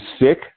sick